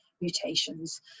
mutations